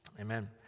Amen